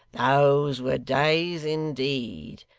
those were days indeed,